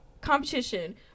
competition